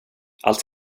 allt